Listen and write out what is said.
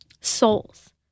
Souls